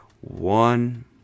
one